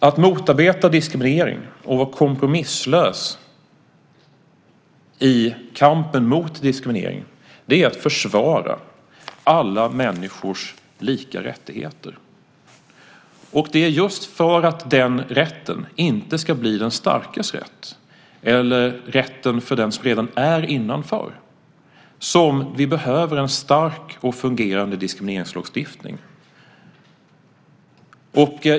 Att motarbeta diskriminering och vara kompromisslös i kampen mot diskriminering är att försvara alla människors lika rättigheter. Det är just för att den rätten inte ska bli den starkes rätt eller rätten för den som redan är innanför som vi behöver en stark och fungerande diskrimineringslagstiftning.